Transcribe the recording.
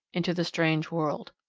into the strange world.